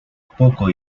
poco